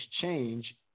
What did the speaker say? change